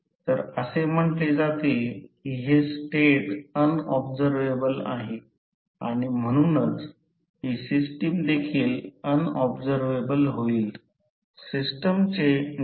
तर म्हणूनच Re2 2 V2 I2 Re2 2 I2 XE2 2 याचा अर्थ असा की यापैकी E2 2 √ आता अंदाजे E2 साठी लिहू शकता आता दुसरी गोष्ट E2 cos V2 I2 Re2 लिहू शकते ज्यावर आपण E2 cos देखील लिहू शकतो